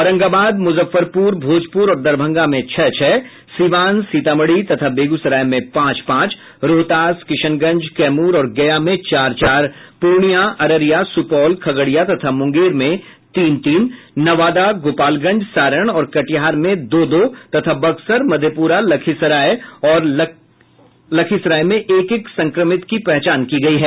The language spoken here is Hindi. औरंगाबाद मुजफ्फपुर भोजपुर और दरभंगा में छह छह सिवान सीतामढ़ी तथा बेगूसराय में पांच पांच रोहतास किशनगंज कैमूर और गया में चार चार पूर्णिया अररिया सुपौल खगड़िया तथा मुंगेर में तीन तीन नवादा गोपालगंज सारण और कटिहार में दो दो तथा बक्सर मधेपुरा और लखीसराय में एक एक संक्रमित की पहचान की गयी है